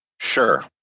Sure